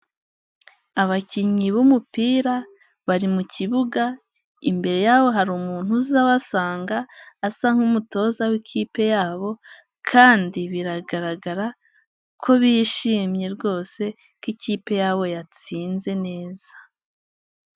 Abakinnyi b'umupira bari mu kibuga. Imbere yabo hari umuntu uza abasanga asa nk'umutoza w'ikipe yabo kandi biragaragara ko bishimye rwose ko ikipe yabo yatsinze neza.